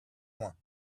loin